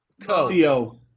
CO